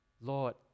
Lord